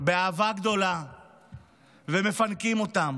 באהבה גדולה ומפנקים אותם.